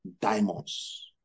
diamonds